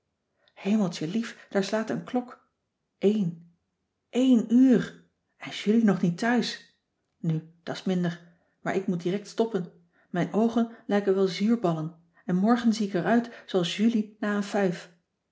hemeltjelief daar slaat een klok éen éen uur en julie nog niet thuis nu da's minder maar ik moet direct stoppen mijn oogen lijken wel zuurballen en morgen zie ik eruit zooals julie na een fuif